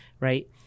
right